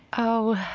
oh,